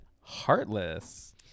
Heartless